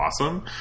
awesome